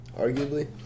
arguably